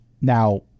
Now